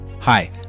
Hi